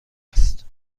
است